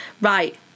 right